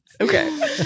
Okay